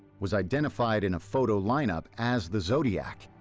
was identified in a photo lineup as the zodiac,